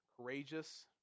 courageous